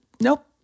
nope